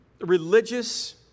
religious